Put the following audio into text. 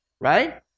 right